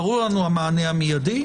ברור לנו המענה המיידי.